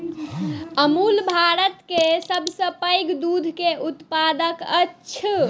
अमूल भारत के सभ सॅ पैघ दूध के उत्पादक अछि